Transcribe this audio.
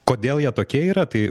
kodėl jie tokie yra tai